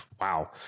wow